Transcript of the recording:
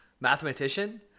mathematician